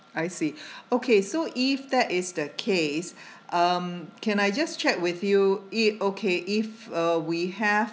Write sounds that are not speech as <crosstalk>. I see <breath> okay so if that is the case <breath> um can I just check with you i~ okay if uh we have